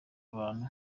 abantu